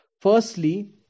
Firstly